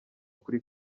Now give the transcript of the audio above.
kuri